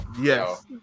Yes